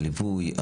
הליווי,